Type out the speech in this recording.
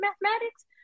mathematics